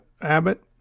Abbott